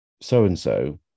so-and-so